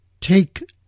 take